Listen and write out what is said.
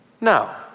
Now